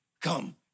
come